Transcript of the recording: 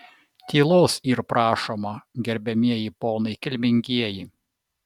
tylos yr prašoma gerbiamieji ponai kilmingieji